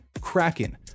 Kraken